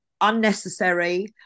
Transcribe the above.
unnecessary